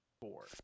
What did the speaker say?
four